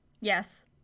yes